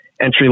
entry